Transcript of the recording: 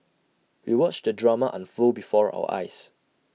we watched the drama unfold before our eyes